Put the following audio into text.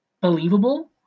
believable